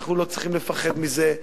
אנחנו לא צריכים לפחד מזה,